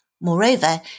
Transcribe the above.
Moreover